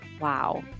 wow